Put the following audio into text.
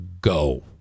go